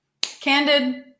candid